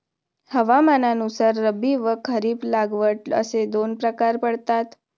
हवामानानुसार रब्बी व खरीप लागवड असे दोन प्रकार पडतात